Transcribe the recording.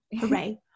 hooray